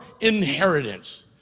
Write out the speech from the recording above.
inheritance